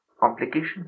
complication